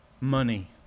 money